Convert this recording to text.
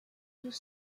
tous